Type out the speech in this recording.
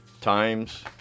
times